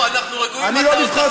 אתה לא מתבייש?